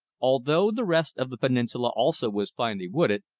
although the rest of the peninsula also was finely wooded,